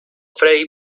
frei